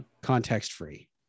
context-free